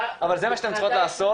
אבל זה מה שאתן צריכות לעשות,